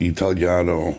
Italiano